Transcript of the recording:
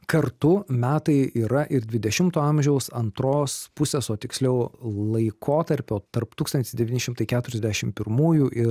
kartu metai yra ir dvidešimo amžiaus antros pusės o tiksliau laikotarpio tarp tūkstantis devyni šimtai keturiasdešim pirmųjų i